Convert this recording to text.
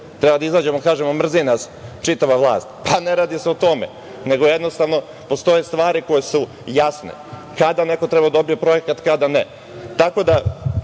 Treba da izađemo i da kažemo - mrzi nas čitava vlast. Ne radi se o tome, nego jednostavno postoje stvari koje su jasne, kada neko treba da dobije projekat, kada ne.